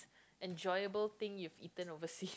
enjoyable thing you eaten oversea